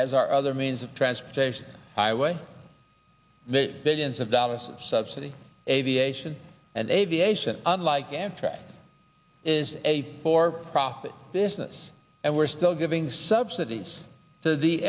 as our other means of transportation highway billions of dollars of subsidy aviation and aviation unlike amtrak is a for profit business and we're still giving subsidies to the